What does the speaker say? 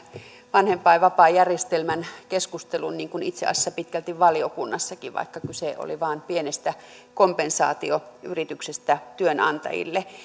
vanhempainvapaajärjestelmän keskusteluun niin kuin itse asiassa pitkälti valiokunnassakin vaikka kyse oli vain pienestä kompensaatioyrityksestä työnantajille